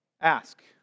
ask